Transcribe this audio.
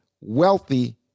wealthy